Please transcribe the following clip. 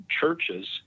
churches